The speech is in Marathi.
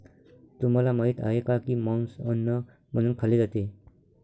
तुम्हाला माहित आहे का की मांस अन्न म्हणून खाल्ले जाते?